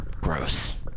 gross